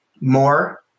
more